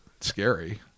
scary